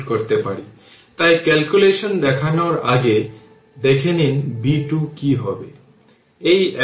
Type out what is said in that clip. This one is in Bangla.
সুতরাং এটি 4 Ω রেজিস্টেন্স এর মধ্য দিয়ে প্রবাহিত কারেন্ট হবে যা 1 1 4 1 5